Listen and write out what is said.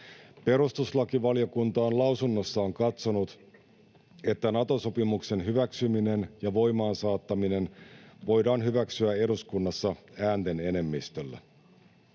perustuslakivaliokunta on lausunnossaan katsonut, että Nato-sopimuksen hyväksyminen ja voimaan saattaminen voidaan hyväksyä eduskunnassa äänten enemmistöllä.